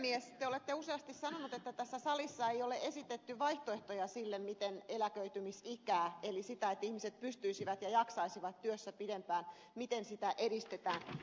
te olette useasti sanonut että tässä salissa ei ole esitetty vaihtoehtoja sille miten eläköitymisikää nostetaan jotta ihmiset pysyisivät ja jaksaisivat työssä pidempään miten sitä edistetään